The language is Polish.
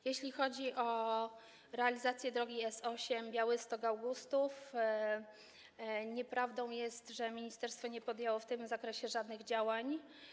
Jeśli chodzi o realizację drogi S8 Białystok - Augustów, nieprawdą jest, że ministerstwo nie podjęło w tym zakresie żadnych działań.